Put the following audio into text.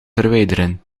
verwijderen